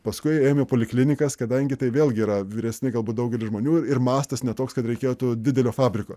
paskui ėjom į poliklinikas kadangi tai vėlgi yra vyresni galbūt daugelis žmonių ir mastas ne toks kad reikėtų didelio fabriko